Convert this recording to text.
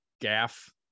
gaff